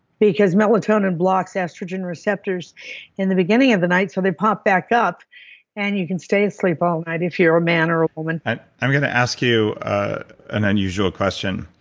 because melatonin blocks estrogen receptors in the beginning of the night so they pop back up and you can stay asleep all night if you're a man or a woman i'm going to ask you an unusual question.